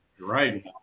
Right